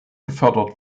gefördert